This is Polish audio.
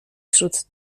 wśród